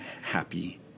happy